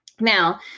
Now